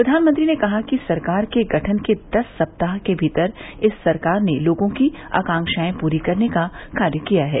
प्रधानमंत्री ने कहा कि सरकार के गठन के दस सप्ताह के भीतर इस सरकार ने लोगों की आकांक्षाएं पूरी करने का कार्य किया है